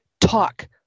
talk